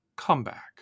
comeback